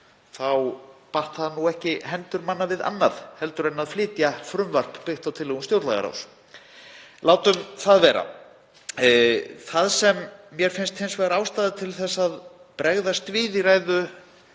batt það ekki hendur manna við annað en að flytja frumvarp byggt á tillögum stjórnlagaráðs. Látum það vera. Það sem mér finnst hins vegar ástæða til að bregðast við í ræðu